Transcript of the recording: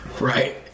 Right